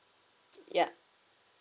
ya